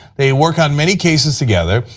they work on many cases together.